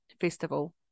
festival